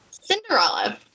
Cinderella